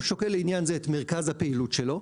הוא שוקל לעניין זה את מרכז הפעילות שלו.